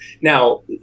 Now